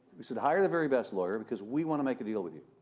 we said, hire the very best lawyer because we want to make a deal with you.